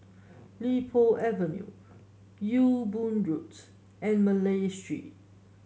Li Po Avenue Ewe Boon Road and Malay Street